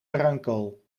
bruinkool